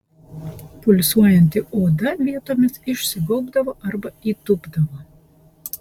pulsuojanti oda vietomis išsigaubdavo arba įdubdavo